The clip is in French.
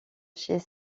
chez